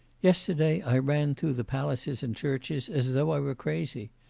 yesterday i ran through the palaces and churches, as though i were crazy.